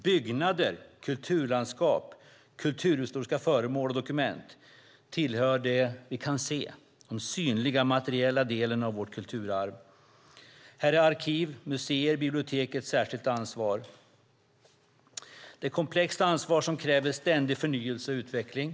Byggnader, kulturlandskap, kulturhistoriska föremål och dokument tillhör den synliga, materiella delen av vårt kulturarv. Här har arkiv, museer och bibliotek ett särskilt ansvar. Det är ett komplext ansvar som kräver ständig förnyelse och utveckling.